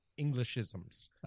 Englishisms